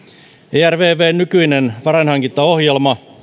ervvn nykyinen varainhankintaohjelma